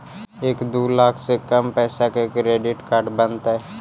एक दू लाख से कम पैसा में क्रेडिट कार्ड बनतैय?